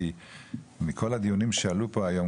כי מכל הדיונים שעלו פה היום,